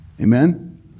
Amen